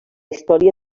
història